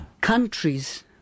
Countries